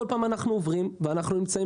כל פעם אנחנו עוברים ואנחנו נמצאים